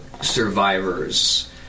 survivors